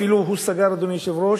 אפילו הוא סגר, אדוני היושב-ראש,